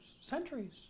centuries